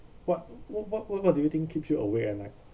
what wh~ what what what do you think keeps you awake at night